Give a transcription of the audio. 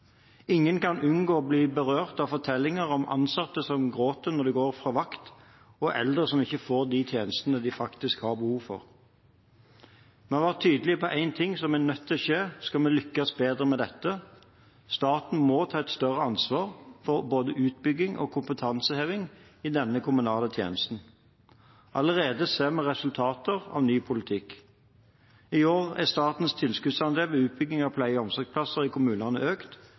Ingen kan unngå å bli berørt av fortellinger om ansatte som gråter når de går av vakt, og eldre som ikke får de tjenestene de har behov for. Vi har vært tydelige på én ting som er nødt til å skje om vi skal lykkes bedre med dette: Staten må ta et større ansvar for både utbygging og kompetanseheving i denne kommunale tjenesten. Allerede ser vi resultater av ny politikk. I år er statens tilskuddsandel ved utbygging av pleie- og omsorgsplasser i kommunene økt.